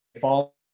fall